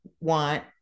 want